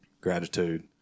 gratitude